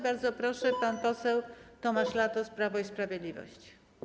Bardzo proszę, pan poseł Tomasz Latos, Prawo i Sprawiedliwość.